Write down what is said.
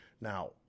Now